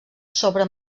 sobre